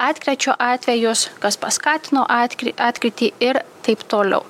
atkryčio atvejuose kas paskatino atkrytį atkrytį ir taip toliau